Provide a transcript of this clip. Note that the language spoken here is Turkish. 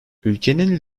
ülkenin